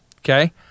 Okay